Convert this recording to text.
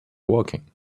walking